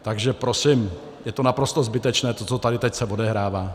Takže prosím, je to naprosto zbytečné, to, co se tady teď odehrává.